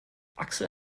axel